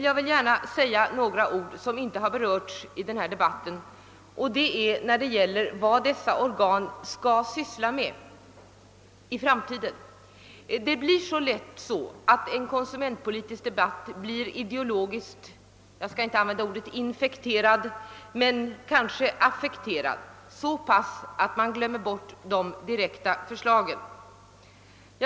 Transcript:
Jag vill gärna också säga några ord om en fråga som inte har berörts i denna debatt — vad dessa organ skall syssla med i framtiden. En konsumentpolitisk debatt blir så lätt ideologiskt affekterad — jag skall inte använda ordet infekterad —, och man glömmer bort de konkreta förslagen.